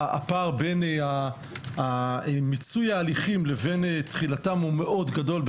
שהפער בין מיצוי ההליכים לבין תחילתם הוא מאוד גדול,